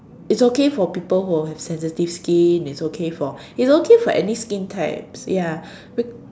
it's okay for people who have sensitive skin it's okay for it's okay for any skin types ya